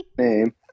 name